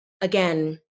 again